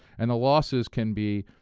and the losses can be